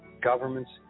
Governments